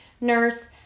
nurse